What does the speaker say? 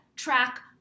Track